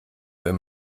wenn